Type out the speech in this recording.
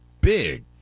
big